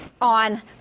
on